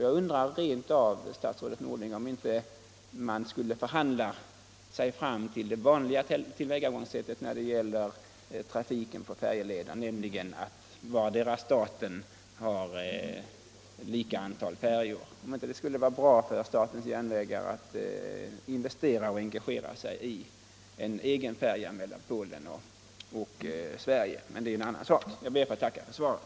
Jag undrar rent av, statsrådet Norling, om man inte skulle förhandla sig fram till det vanliga tillvägagångssättet när det gäller trafiken på färjeleder, nämligen att vardera staten har lika antal färjor, och om det inte skulle vara bra för statens järnvägar att investera och engagera sig i en egen färja mellan Polen och Sverige. Men det är en annan sak. Jag ber att få tacka för svaret.